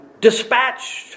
dispatched